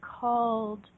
called